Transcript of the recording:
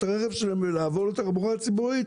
הרכב שלהם ולעבור לתחבורה הציבורית,